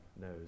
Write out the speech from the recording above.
knows